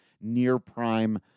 near-prime